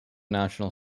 national